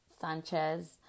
Sanchez